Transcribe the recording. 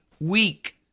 week